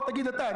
בוא תגיד אתה.